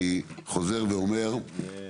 אני חוזר ואומר את